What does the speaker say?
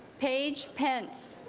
page pence